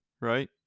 right